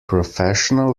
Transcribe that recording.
professional